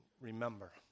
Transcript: remember